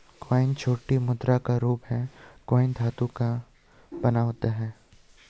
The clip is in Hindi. कॉइन छोटी मुद्रा का रूप है कॉइन धातु का बना होता है